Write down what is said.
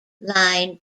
line